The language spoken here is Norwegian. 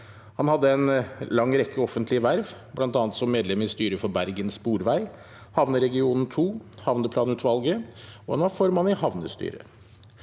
Han hadde en lang rekke offentlige verv, bl.a. som medlem i styret for Bergen Sporvei, Havneregion II og Havneplanutvalget, og han var formann i Havnestyret.